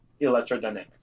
Electrodynamics